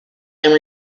and